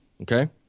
Okay